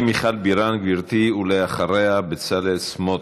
מיכל בירן, גברתי, ואחריה, בצלאל סמוטריץ.